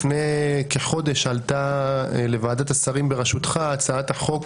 לפני כחודש עלתה לוועדת השרים בראשותך הצעת החוק